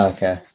Okay